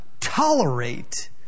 tolerate